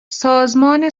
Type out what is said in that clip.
سازمان